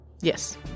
Yes